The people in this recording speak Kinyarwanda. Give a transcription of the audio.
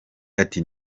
ati